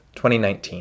2019